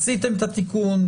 עשיתם את התיקון,